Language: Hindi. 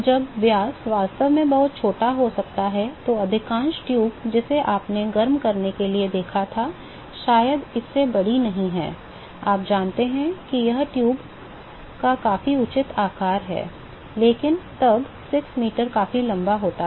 जब व्यास वास्तव में बहुत छोटा हो सकता है तो अधिकांश ट्यूब जिसे आपने गर्म करने के लिए देखा था शायद इससे बड़ी नहीं है आप जानते हैं कि यह ट्यूब का काफी उचित आकार है लेकिन तब 6 मीटर काफी लंबा होता है